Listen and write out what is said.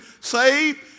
saved